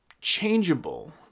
changeable